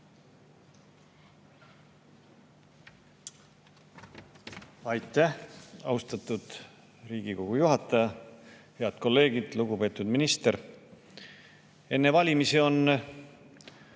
Aitäh, austatud Riigikogu juhataja! Head kolleegid! Lugupeetud minister! Enne valimisi on